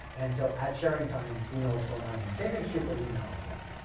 and so at sharing time we know what's going on here. same thing's true for email as well.